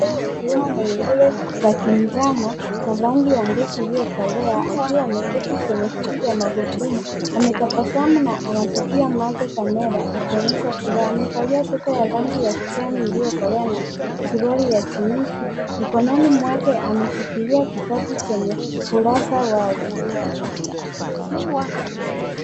Mtoto wa kiume mwenye nywele za kinjano na rangi ya ngozi iliyokolea akiwa ameketi kwenye kiti cha gurudumu. Ametabasamu na anatumia macho kamera akionyesha furaha. Amevalia sweta ya rangi ya kijani iliyokolea na suruali ya jeans akionyesha. Mikononi mwake ameshikilia kitabu chenye kurasa wazi.